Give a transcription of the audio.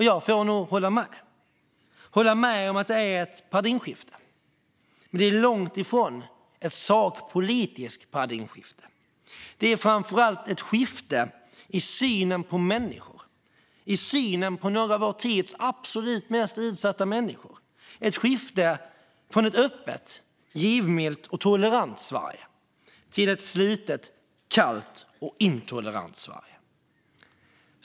Jag får nog hålla med om att det är ett paradigmskifte, men det är långt ifrån ett sakpolitiskt paradigmskifte. Det är framför allt ett skifte i synen på människor, i synen på några av vår tids absolut mest utsatta. Det är ett skifte från ett öppet, givmilt och tolerant Sverige till ett slutet, kallt och intolerant Sverige.